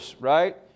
right